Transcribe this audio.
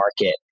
market